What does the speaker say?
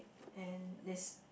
and this